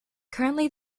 currently